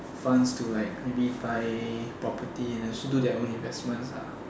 funds to like maybe buy property and also do their own investments ah